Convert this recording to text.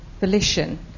volition